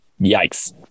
Yikes